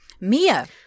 Mia